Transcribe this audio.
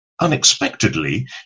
Unexpectedly